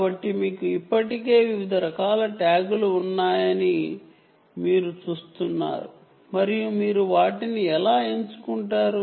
కాబట్టి మీకు ఇప్పటికే వివిధ రకాల ట్యాగ్లు ఉన్నాయని మీరు చూస్తున్నారు మరియు మీరు వాటిని ఎలా ఎంచుకుంటారు